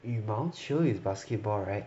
羽毛球 is basketball [right]